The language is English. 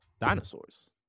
Dinosaurs